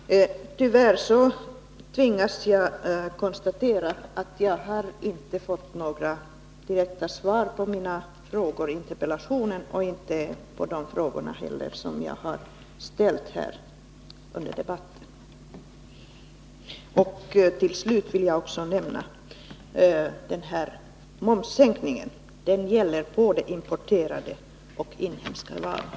Herr talman! Tyvärr tvingas jag konstatera att jag inte fått några direkta svar på mina frågor i interpellationen och inte heller på de frågor som jag har ställt under debatten. Till slut vill jag framhålla att momssänkningen gäller både importerade och inhemska varor.